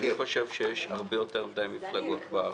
אני חושב שיש הרבה יותר מדי מפלגות בארץ.